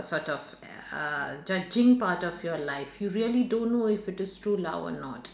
sort of uh judging part of your life you really don't know if it is true love or not